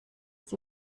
sie